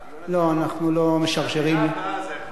לא, אנחנו לא משרשרים, למליאה הבאה זה יכול להגיע?